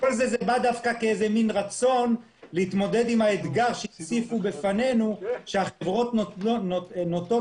זה בא כרצון להתמודד עם האתגר שהציבו בפנינו שהחברות נוטות